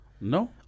No